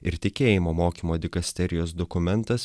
ir tikėjimo mokymo dikasterijos dokumentas